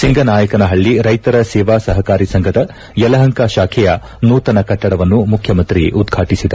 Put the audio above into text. ಸಿಂಗನಾಯಕನಹಳ್ಳಿ ರೈತರ ಸೇವಾ ಸಹಕಾರಿ ಸಂಘದ ಯಲಹಂಕ ಶಾಖೆಯ ನೂತನ ಕಟ್ಟಡವನ್ನು ಮುಖ್ಯಮಂತ್ರಿ ಉದ್ಘಾಟಿಸಿದರು